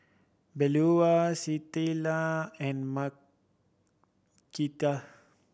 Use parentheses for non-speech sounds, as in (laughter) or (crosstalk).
Beaulah Citlali and (unintelligible)